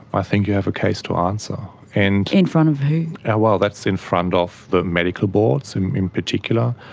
i think you have a case to answer. and in front of who? well, that's in front of the medical boards and in particular.